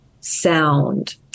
sound